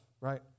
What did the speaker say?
right